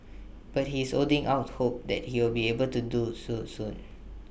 but he is holding out hope that he will be able to do so soon